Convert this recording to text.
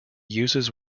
uses